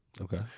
Okay